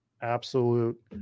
Absolute